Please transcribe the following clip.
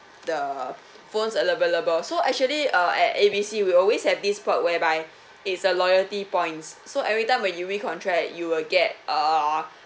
the phones available so actually uh at A B C we always have this perk whereby it's a loyalty points so every time when you recontract you will get err